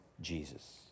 Jesus